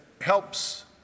helps